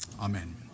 Amen